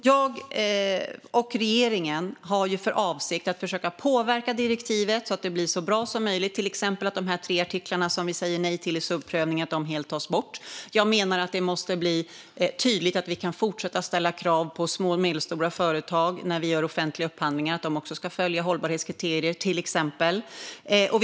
Jag och regeringen har för avsikt att försöka att påverka direktivet så att det blir så bra som möjligt, till exempel att de tre artiklarna som vi säger nej till i subprövningen helt tas bort. Jag menar att det måste bli tydligt att vi till exempel kan fortsätta att ställa krav på att även små och medelstora företag ska följa hållbarhetskriterier när vi gör offentliga upphandlingar.